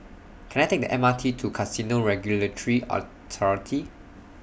Can I Take The M R T to Casino Regulatory Authority